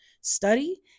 study